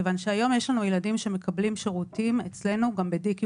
כיוון שהיום יש לנו ילדים שמקבלים שירותים אצלנו גם ב-DQ